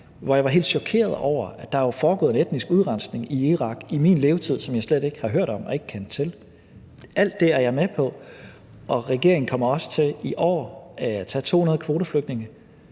hvor jeg var helt chokeret over at læse, at der var foregået en etnisk udrensning i Irak i min levetid, som jeg slet ikke havde hørt om og ikke kendte til. Alt det er jeg med på, og regeringen kommer også til i år at tage 200 kvoteflygtninge